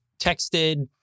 texted